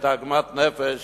ואת עוגמת הנפש